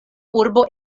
urbo